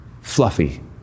fluffy